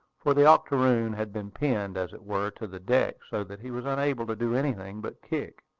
for the octoroon had been pinned, as it were, to the deck, so that he was unable to do anything but kick.